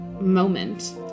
moment